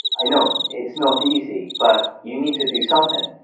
i know. it's not easy, but you need to do something.